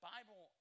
Bible